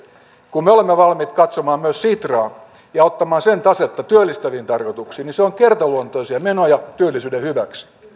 kun me olemme valmiit katsomaan myös sitraa ja ottamaan sen tasetta työllistäviin tarkoituksiin niin se on kertaluontoisia menoja työllisyyden hyväksi